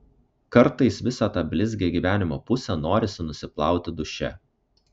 kartais visą tą blizgią gyvenimo pusę norisi nusiplauti duše